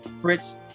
Fritz